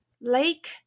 lake